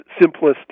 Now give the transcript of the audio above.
simplistic